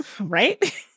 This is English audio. right